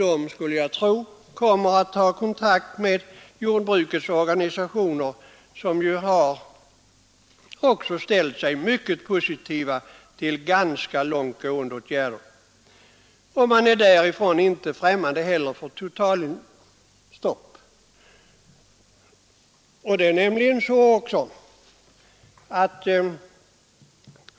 Jag skulle tro att de kommer att ta kontakt med jordbrukets organisationer som ju också har ställt sig mycket positiva till ganska långt gående åtgärder. Man är på det hållet inte heller främmande för totalt importstopp.